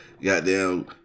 Goddamn